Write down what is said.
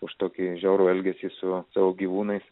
už tokį žiaurų elgesį su gyvūnais